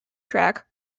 track